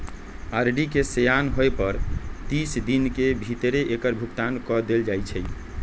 RD के सेयान होय पर तीस दिन के भीतरे एकर भुगतान क देल जाइ छइ